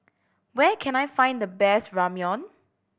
where can I find the best Ramyeon